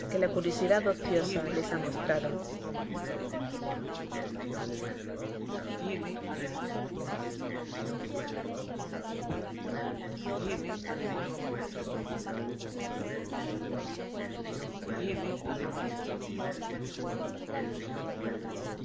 la curiosidad ociosa les ha mostrado